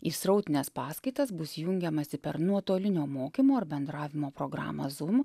į srautines paskaitas bus jungiamasi per nuotolinio mokymo ir bendravimo programą zum